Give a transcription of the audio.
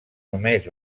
només